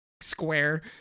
square